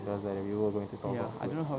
that was like we were going to talk about food